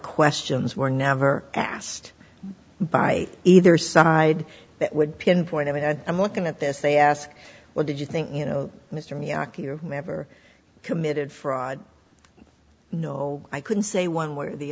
questions were never asked by either side that would pinpoint i mean i'm looking at this they ask well did you think you know mystery act you never committed fraud no i couldn't say one way or the